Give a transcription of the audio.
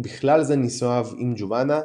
ובכלל זה נישואיו עם ג'ובאנה,